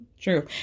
True